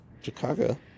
Chicago